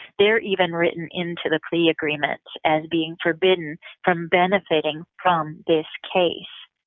they're even written into the plea agreement as being forbidden from benefiting from this case.